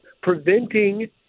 preventing